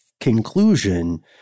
conclusion